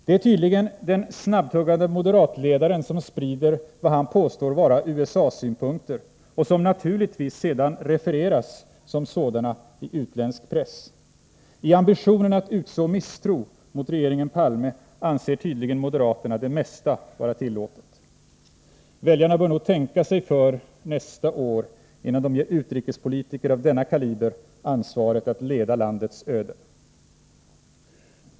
Det är tydligen den snabbtungade moderatledaren som sprider vad han påstår vara USA-synpunkter — vilka sedan naturligtvis refereras som sådana i utländsk press. I ambitionen att utså misstro mot regeringen Palme anser tydligen moderaterna det mesta vara tillåtet. Väljarna bör nog tänka sig för nästa år, innan de ger utrikespolitiker av denna kaliber ansvaret att leda landets öden.